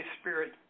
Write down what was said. Spirit